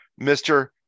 Mr